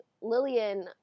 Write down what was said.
Lillian